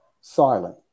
silent